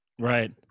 Right